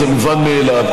וזה מובן מאליו.